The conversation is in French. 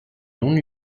non